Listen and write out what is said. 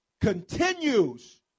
continues